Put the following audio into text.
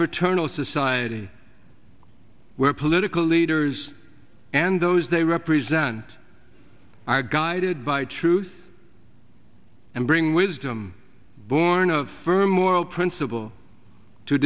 fraternal society where political leaders and those they represent are guided by truth and bring wisdom born of firm moral principle t